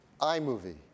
iMovie